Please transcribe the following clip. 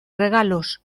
regalos